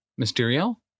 mysterio